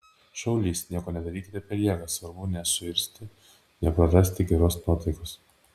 šaulys nieko nedarykite per jėgą svarbu nesuirzti neprarasti geros nuotaikos